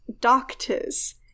doctors